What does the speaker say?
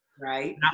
Right